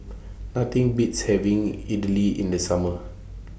Nothing Beats having Idly in The Summer